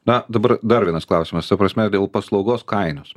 na dabar dar vienas klausimas ta prasme dėl paslaugos kainos